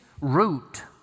root